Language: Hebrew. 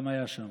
גם היה שם.